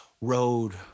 road